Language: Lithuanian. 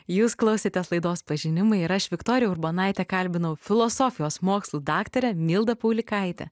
jūs klausėtės laidos pažinimai ir aš viktorija urbonaitė kalbinau filosofijos mokslų daktarę mildą paulikaitę